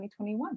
2021